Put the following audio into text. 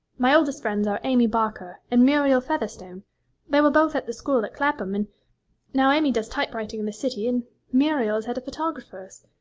my oldest friends are amy barker and muriel featherstone they were both at the school at clapham, and now amy does type-writing in the city, and muriel is at a photographer's.